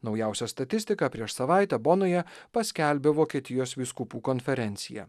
naujausią statistiką prieš savaitę bonoje paskelbė vokietijos vyskupų konferencija